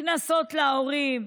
קנסות להורים,